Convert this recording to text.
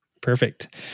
Perfect